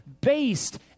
based